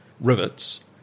rivets